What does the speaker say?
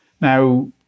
Now